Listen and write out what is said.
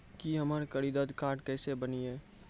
की हमर credit card केसे बनिये?